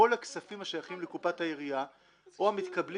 כל הכספים השייכים לקופת העירייה או מתקבלים